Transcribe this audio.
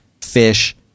fish